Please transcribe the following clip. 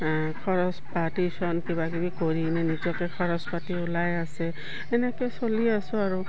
খৰচ বা টিউশ্যন কিবা কিবি কৰি কিনে নিজকে খৰচ পাতি ওলাই আছে এনেকৈ চলি আছোঁ আৰু